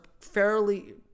fairly